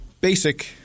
Basic